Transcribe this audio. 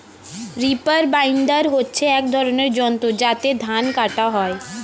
reaper binder হচ্ছে এক ধরনের যন্ত্র যাতে ধান কাটা হয়